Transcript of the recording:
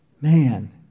man